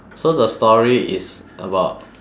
so the story is about